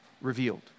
revealed